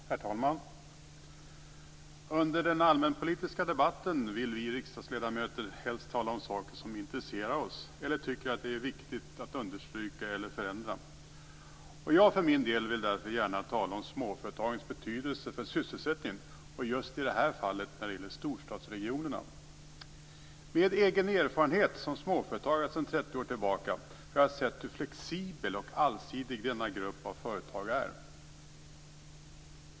Herr talman! Under den allmänpolitiska debatten vill vi riksdagsledamöter helst tala om saker som intresserar oss eller som vi tycker att det är viktigt att understryka eller förändra. Jag för min del vill gärna tala om småföretagens betydelse för sysselsättningen. Just i det här fallet gäller det storstadsregionerna. Med egen erfarenhet som småföretagare sedan 30 år tillbaka vet jag hur flexibel och allsidig denna grupp av företag är.